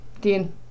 Dean